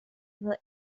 were